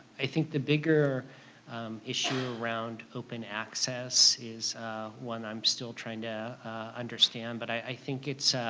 i think the bigger issue around open access is one i'm still trying to understand, but i think it's